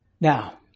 Now